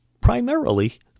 Primarily